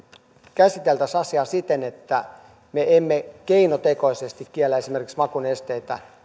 käsiteltäisiin asiaa siten että me emme keinotekoisesti kiellä esimerkiksi makunesteitä